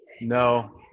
No